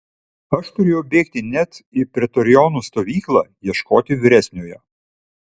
aš turėjau bėgti net į pretorionų stovyklą ieškoti vyresniojo